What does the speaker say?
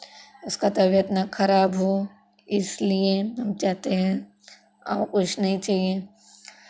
उसका तबियत ना खराब हो इसलिये हम चाहते हैं और कुछ नहीं चाहिए